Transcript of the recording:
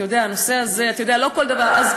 אתה יודע, הנושא הזה, אתה יודע, לא כל דבר, יש